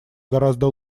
гораздо